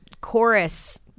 chorus